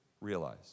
realize